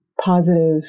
positive